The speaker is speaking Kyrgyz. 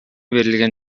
берилген